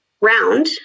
round